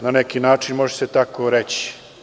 Na neki način može se tako reći.